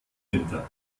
winter